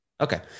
Okay